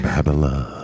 Babylon